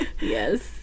yes